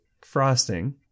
frosting